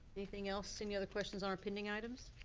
anything else? any other questions on our pending items?